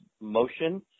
motion